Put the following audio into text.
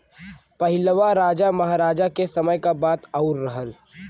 पहिलवा राजा महराजा के समय क बात आउर रहल